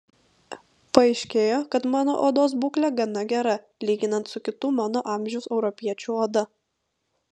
paaiškėjo kad mano odos būklė gana gera lyginant su kitų mano amžiaus europiečių oda